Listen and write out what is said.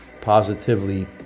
positively